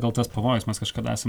gal tas pavojus mes kažkada esam